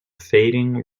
fading